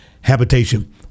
habitation